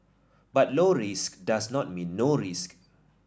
but low risk does not mean no risk